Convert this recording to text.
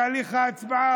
בתהליך ההצבעה,